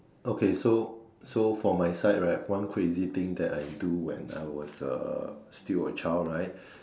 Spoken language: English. okay so so for my side right one crazy thing that I do when I was a still a child right